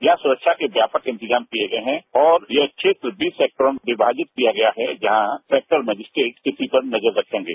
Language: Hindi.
यहां सुरक्षा के व्यापक इंतजाम किए गए हैं और यह क्षेत्र स्पेक्ट्रम विमाजित किया गया है जहां सेक्टर मजिस्ट्रेट स्थिति पर नजर रखेंगे